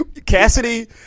Cassidy